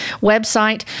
website